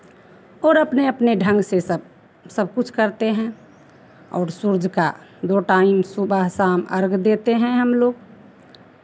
और अपने अपने ढंग से सब सब कुछ करते हैं और सूर्य को दो टाइम सुबह शाम अर्घ्य देते हैं हम लोग